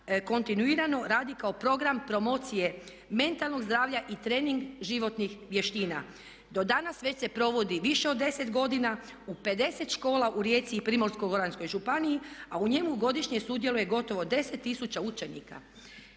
kontinuirano radi kao program promocije mentalnog zdravlja i trening životnih vještina. Do danas već se provodi više od 10 godina. U 50 škola u Rijeci i Primorsko-goranskoj županiji, a u njemu godišnje sudjeluje gotovo 10000 učenika.